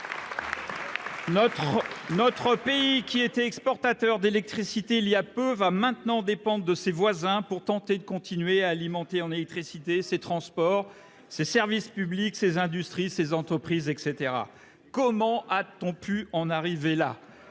notre pays qui était exportateur d'électricité il y a peu, va maintenant dépendre de ses voisins pour tenter de continuer à alimenter en électricité ces transports, ces services publics, ses industries, ses entreprises et cetera. Comment a-t-on pu en arriver là,